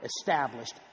established